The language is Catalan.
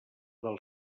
del